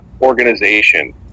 organization